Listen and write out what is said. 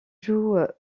joue